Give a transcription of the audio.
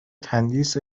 تندیس